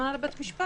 כהזמנה לבית משפט.